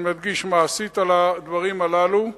אני מדגיש: מעשית, על המעשים הללו.